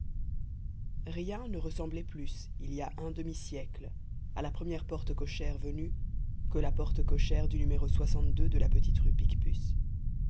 rien ne ressemblait plus il y a un demi-siècle à la première porte cochère venue que la porte cochère du numéro de la petite rue picpus